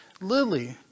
Lily